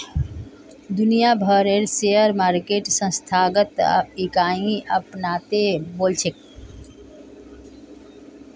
दुनिया भरेर share market संस्थागत इकाईक अपनाते वॉल्छे